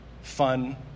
fun